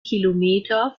kilometer